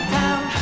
town